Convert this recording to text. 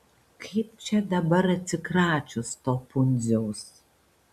kaip čia dabar atsikračius to pundziaus